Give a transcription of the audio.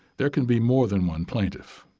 there can be more than one plaintiff.